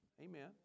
amen